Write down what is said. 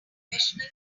professional